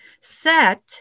set